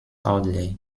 audley